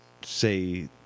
say